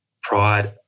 pride